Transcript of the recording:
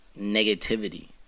negativity